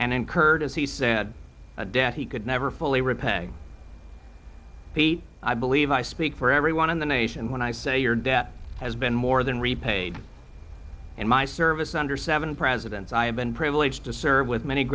and incurred as he said a debt he could never fully repay pete i believe i speak for everyone in the nation when i say your debt has been more than repaid in my service under seven presidents i have been privileged to serve with many